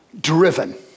driven